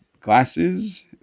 glasses